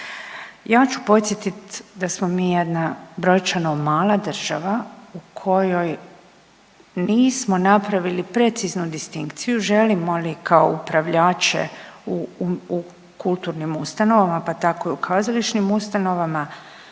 Ja ću podsjetit da smo mi jedna brojčano mala država u kojoj nismo napravili precizno distinkciju, želimo li kao upravljače u kulturnim ustanovama pa tako i u kazališnim ustanovama